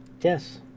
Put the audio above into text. yes